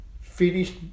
finished